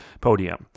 podium